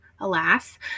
alas